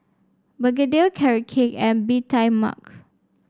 begedil Carrot Cake and Bee Tai Mak